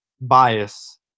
bias